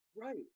right